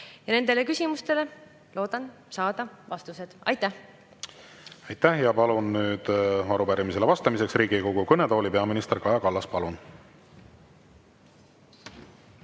Nendele küsimustele loodan saada vastused. Aitäh! Aitäh! Palun arupärimisele vastamiseks Riigikogu kõnetooli peaminister Kaja Kallase. Palun!